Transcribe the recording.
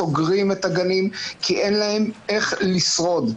סוגרים את הגנים כי אין להם איך לשרוד.